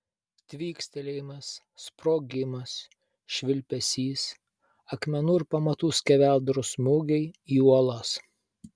tvykstelėjimas sprogimas švilpesys akmenų ir pamatų skeveldrų smūgiai į uolas